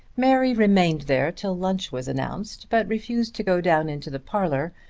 mary remained there till lunch was announced but refused to go down into the parlour,